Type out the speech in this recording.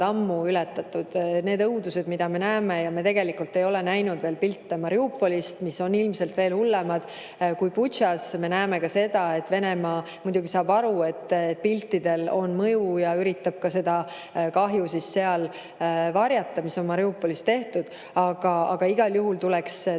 ammu ületatud – need õudused, mida me näeme, ja me tegelikult ei ole näinud veel pilte Mariupolist, mis on ilmselt veel hullemad kui Butšas. Me näeme ka seda, et Venemaa muidugi saab aru, et piltidel on mõju, ja üritab varjata seda kahju, mis on Mariupolis tehtud. Aga igal juhul tuleks